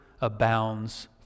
abounds